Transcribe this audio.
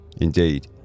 Indeed